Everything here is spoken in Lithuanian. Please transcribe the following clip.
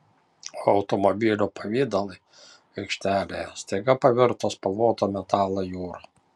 o automobilių pavidalai aikštelėje staiga pavirto spalvoto metalo jūra